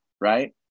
right